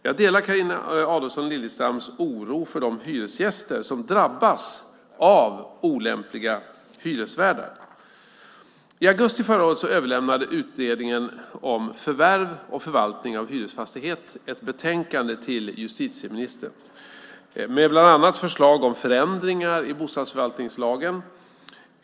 Jag delar Carina Adolfsson Elgestams oro för de hyresgäster som drabbas av olämpliga hyresvärdar. I augusti förra året överlämnades utredningen om förvärv och förvaltning av hyresfastighet ett betänkande till justitieministern med bland annat förslag om förändringar i bostadsförvaltningslagen.